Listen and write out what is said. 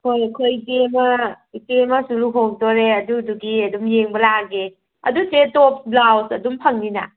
ꯍꯣꯏ ꯑꯩꯈꯣꯏ ꯏꯆꯦ ꯑꯃ ꯏꯆꯦ ꯑꯃꯁꯨ ꯂꯨꯍꯣꯡꯗꯧꯔꯦ ꯑꯗꯨꯗꯨꯒꯤ ꯑꯗꯨꯝ ꯌꯦꯡꯕ ꯂꯥꯛꯑꯒꯦ ꯑꯗꯨ ꯆꯦ ꯇꯣꯞ ꯕ꯭ꯂꯥꯎꯁ ꯑꯗꯨꯝ ꯐꯪꯅꯤꯅ